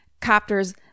Copters